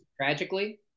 Tragically